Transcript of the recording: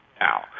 now